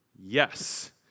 Yes